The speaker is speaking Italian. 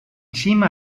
cima